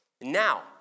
now